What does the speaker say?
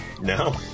no